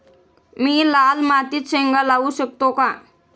मी लाल मातीत शेंगा लावू शकतो का?